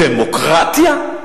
דמוקרטיה?